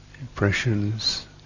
impressions